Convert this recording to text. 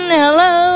hello